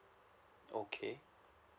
okay